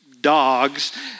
dogs